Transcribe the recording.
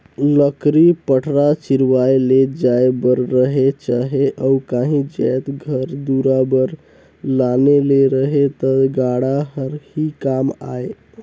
लकरी पटरा चिरवाए ले जाए बर रहें चहे अउ काही जाएत घर दुरा बर लाने ले रहे ता गाड़ा हर ही काम आए